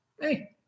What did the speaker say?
hey